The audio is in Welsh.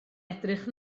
edrych